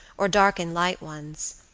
or darken light ones,